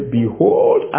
behold